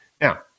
Now